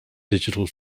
digital